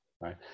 right